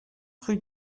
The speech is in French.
rue